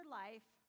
life